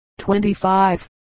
25